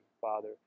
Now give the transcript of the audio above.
Father